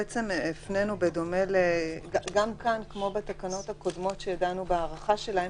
גם כאן כמו בתקנות הקודמות שדנו בהארכה שלהן,